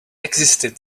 existed